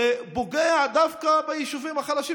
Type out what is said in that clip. שפוגע דווקא ביישובים החלשים,